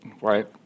right